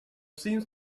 seems